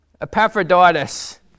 Epaphroditus